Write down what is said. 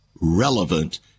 relevant